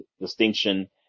distinction